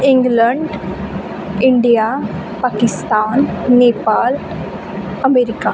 England India Pakistan Nepal America